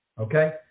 okay